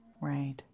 Right